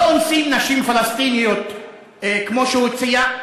לא אונסים נשים פלסטיניות כמו שהוא הציע.